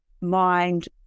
mind